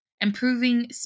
improving